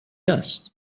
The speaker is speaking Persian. است